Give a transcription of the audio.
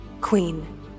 queen